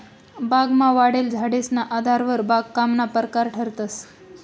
बागमा वाढेल झाडेसना आधारवर बागकामना परकार ठरतंस